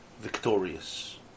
victorious